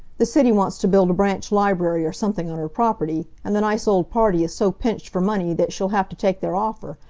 the city wants to build a branch library or something on her property, and the nice old party is so pinched for money that she'll have to take their offer.